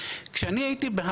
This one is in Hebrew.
יש לי יום חופש ללמוד?